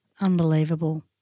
Unbelievable